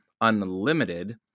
Unlimited